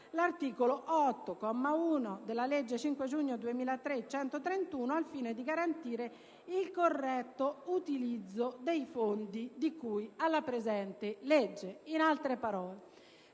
l'articolo 8, comma 1, della legge 5 giugno 2003, n. 131, al fine di garantire il corretto utilizzo dei fondi di cui alla presente legge». In altre parole,